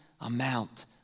amount